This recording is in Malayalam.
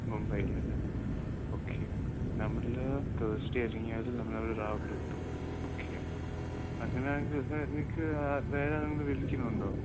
മുംബൈയില് അല്ലേ ഓക്കെ നമ്മൾ തേസ്ഡെ ഇറങ്ങിയാൽ നമ്മൾ അവിടെ രാവിലെ എത്തും ഓക്കെ അങ്ങനെയാണെങ്കിൽ നിനക്ക് വേറെ നമ്മൾ വിളിക്കുന്നുണ്ടോ